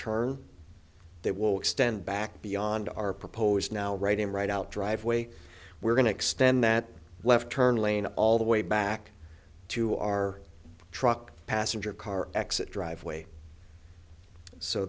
turn that will extend back beyond our proposed now right in right out driveway we're going to extend that left turn lane all the way back to our truck passenger car exit driveway so